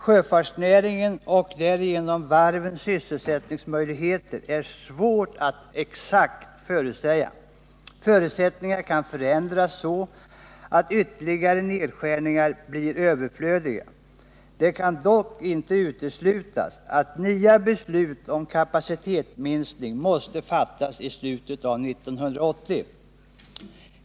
Sjöfartsnäringen och därigenom varvens sysselsättningsmöjligheter är svåra att exakt förutsäga. Förutsättningarna kan förändras så att ytterligare nedskärningar kan bli överflödiga. Det kan dock inte uteslutas att nya beslut om kapacitetsminskning måste fattas i slutet av 1980.